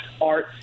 art